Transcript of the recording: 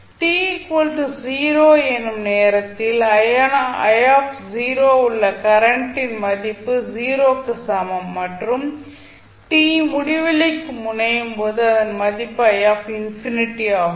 t 0 எனும் நேரத்தில் உள்ள கரண்ட் ன் மதிப்பு 0 க்கு சமம் மற்றும் t முடிவிலிக்கு முனையும் போது அதன் மதிப்பு ஆகும்